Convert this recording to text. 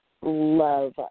love